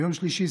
ביום שלישי,